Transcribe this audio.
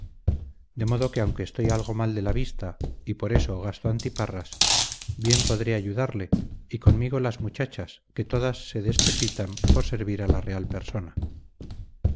de modo que aunque estoy algo mal de la vista y por ello gasto antiparras bien podré ayudarle y conmigo las muchachas que todas se despepitan por servir a la real persona